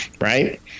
right